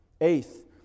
Eighth